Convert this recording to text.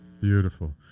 Beautiful